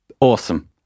Awesome